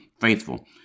faithful